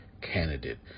candidate